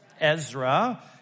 Ezra